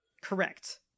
Correct